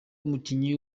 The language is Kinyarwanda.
umukinnyi